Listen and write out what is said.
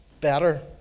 better